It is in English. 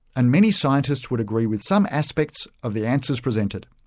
and many scientists would agree with some aspects of the answers presented.